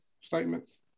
statements